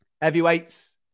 heavyweights